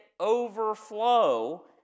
overflow